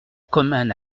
commun